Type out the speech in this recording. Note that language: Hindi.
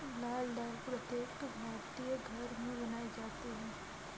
लाल दाल प्रत्येक भारतीय घर में बनाई जाती है